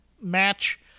match